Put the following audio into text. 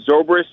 Zobrist